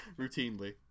Routinely